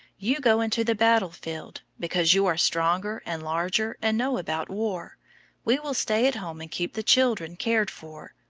you go into the battle-field, because you are stronger and larger and know about war we will stay at home and keep the children cared for,